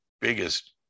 biggest